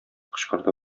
кычкырды